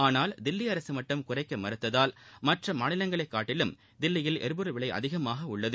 ஆனால் தில்லி அரசு மட்டும் குறைக்க மறுத்ததால் மற்ற மாநிலங்களை காட்டிலும் தில்லியில் எரிபொருள் விலை அதிகமாக உள்ளது